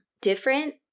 Different